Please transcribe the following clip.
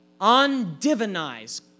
undivinize